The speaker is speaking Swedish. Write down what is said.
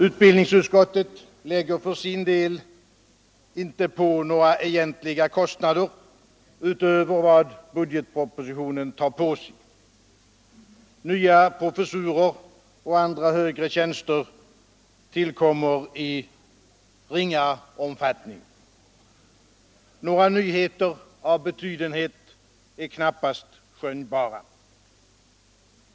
Utbildningsutskottet lägger för sin del egentligen inte på några kostnader utöver budgetpropositlionens förslag. Nya professurer och andra högre tjänster tillkommer 1 ringa omfattning. Några nyheter av betydenhet är knappast skönjbara.